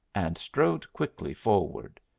and strode quickly forward.